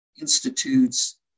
institutes